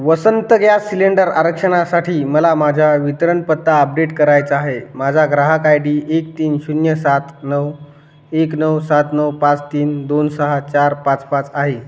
वसंत gas cylinder आरक्षणासाठी मला माझ्या वितरणपत्ता आपडेट करायचा आहे माझा ग्राहक आय डी एक तीन शून्य सात नऊ एक नऊ सात नऊ पाच तीन दोन सहा चार पाच पाच आहे